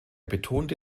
betonte